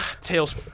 Tails